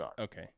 Okay